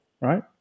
right